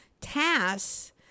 tasks